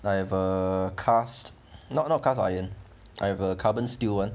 I have a cast not not cast iron I have a carbon steel [one]